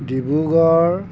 Dibrugarh